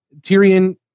Tyrion